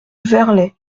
verlet